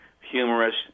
humorous